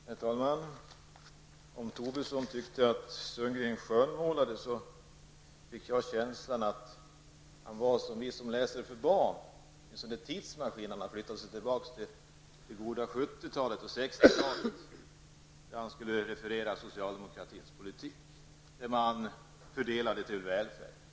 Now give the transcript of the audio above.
Herr talman! Om Lars Tobisson tyckte att Roland Sundgren skönmålade fick jag i stället känslan av att han var som någon som läser för barn. Jag fick intryck av en tidsmaskin där han förflyttade sig tillbaka till det goda 60 och 70-talet, när han skulle referera socialdemokratins politik och dess fördelning av välfärden.